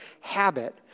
habit